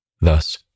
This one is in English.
Thus